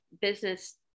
business